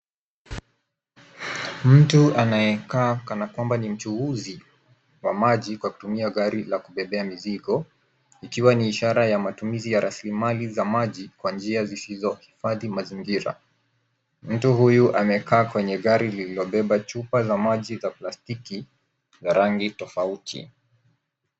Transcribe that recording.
Mtu anayekaa kana kwamba ni mchuuzi wa maji kwa kutumia gari la kubebea mizigo , ikiwa ni ishara ya matumizi ya rasilimali za maji kwa njia zisizohifadhi mazingira. Mtu huyu amekaa kwenye gari lililobeba chupa za maji za plastiki za rangi tofauti.